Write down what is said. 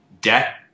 debt